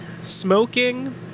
Smoking